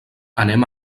anem